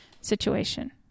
situation